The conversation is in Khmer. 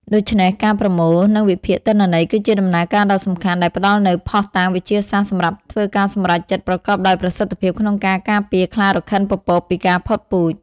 ដូច្នេះ ការប្រមូល និងវិភាគទិន្នន័យគឺជាដំណើរការដ៏សំខាន់ដែលផ្តល់នូវភស្តុតាងវិទ្យាសាស្ត្រសម្រាប់ធ្វើការសម្រេចចិត្តប្រកបដោយប្រសិទ្ធភាពក្នុងការការពារខ្លារខិនពពកពីការផុតពូជ។